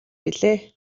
билээ